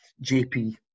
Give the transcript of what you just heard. J-P